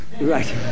Right